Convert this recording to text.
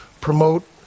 promote